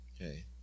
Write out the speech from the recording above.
Okay